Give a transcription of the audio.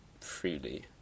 freely